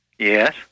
Yes